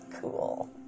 Cool